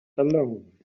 alone